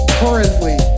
currently